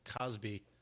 Cosby